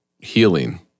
Healing